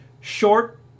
short